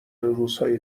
روزهای